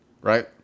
Right